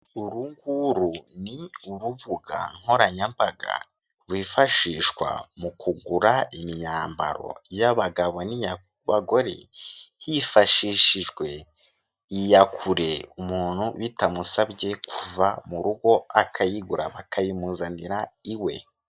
Uru nguru ni urubuga nkoranyambaga rwifashishwa mu kugura imyambaro y'abagabo n'imyambaro y'abagore hifashishijwe iya kure umuntu bitamusabye kuva mu rugo akayigura bakayimuzanira iwe.